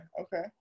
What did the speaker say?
Okay